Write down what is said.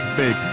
big